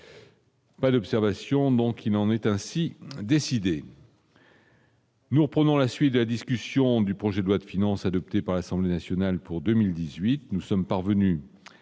Pas d'observation, donc il en est ainsi décidé. Nous reprenons la suite de la discussion du projet de loi de finances adoptées par l'Assemblée nationale pour 2018, nous sommes parvenus